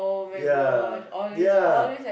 yeah yeah